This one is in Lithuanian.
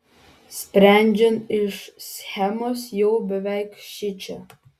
sprendžiant iš schemos jau beveik šičia